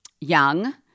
young